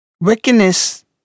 Wickedness